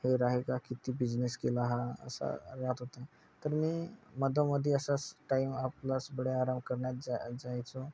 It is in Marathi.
हे राहायचा किती बिझनेस केला हा असा राहात होता तर मी मध्येमध्ये असाच टाईम आपलाच बडे आराम करण्यात जा जायचो